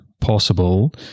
Possible